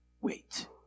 Wait